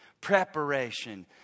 preparation